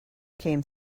came